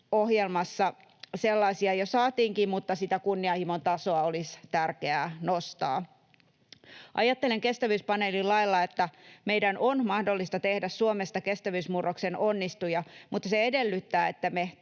sellaisia jo saatiinkin, mutta sitä kunnianhimon tasoa olisi tärkeää nostaa. Ajattelen Kestävyyspaneelin lailla, että meidän on mahdollista tehdä Suomesta kestävyysmurroksen onnistuja, mutta se edellyttää, että me